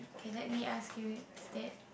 k let me ask you instead